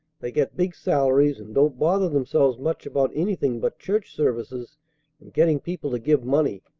they get big salaries, and don't bother themselves much about anything but church services and getting people to give money.